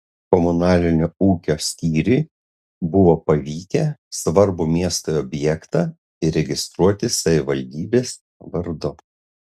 komunalinio ūkio skyriui buvo pavykę svarbų miestui objektą įregistruoti savivaldybės vardu